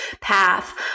path